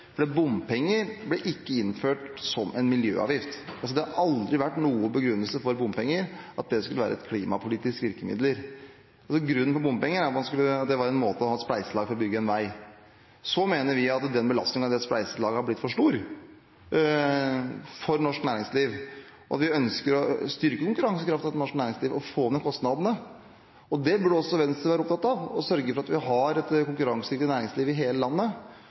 Bompenger ble ikke innført som en miljøavgift. Det har aldri vært noen begrunnelse at bompenger skulle være et klimapolitisk virkemiddel. Begrunnelsen for bompenger var at det var en måte å ha spleiselag på for å bygge en vei. Vi mener at belastningen av det spleiselaget har blitt for stor for norsk næringsliv, og vi ønsker å styrke konkurransekraften til norsk næringsliv og å få ned kostnadene. Også Venstre burde være opptatt av å sørge for at vi har et konkurransedyktig næringsliv i hele landet.